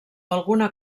alguna